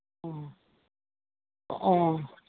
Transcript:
ꯑꯥ ꯑꯣ